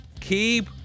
keep